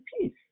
peace